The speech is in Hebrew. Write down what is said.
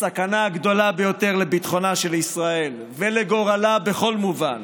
הסכנה הגדולה ביותר לביטחונה של ישראל ולגורלה בכל מובן.